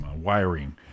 wiring